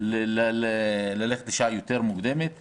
ללכת בשעה מוקדמת יותר.